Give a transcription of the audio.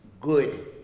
good